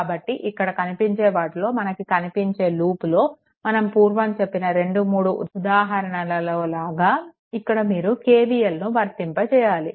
కాబట్టి ఇక్కడ కనిపించే వాటిలో మనకి కనిపించే లూప్ లో నేను పూర్వం చెప్పిన రెండు మూడు ఉదాహరణలలో లాగా ఇక్కడ మీరు KVL ను వర్తింపజేయాలి